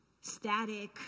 static